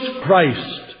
Christ